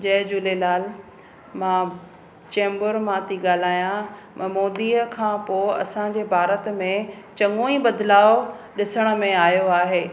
जय झूलेलाल मां चेंबूर मां थी ॻाल्हायां मां मोदीअ खां पोइ असांजे भारत में चङो ई बदलाव ॾिसण में आयो आहे